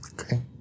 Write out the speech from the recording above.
Okay